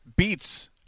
beats